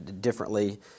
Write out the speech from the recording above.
differently